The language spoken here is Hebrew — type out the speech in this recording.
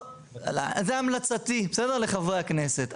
המלצתי לחברי הכנסת,